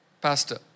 pastor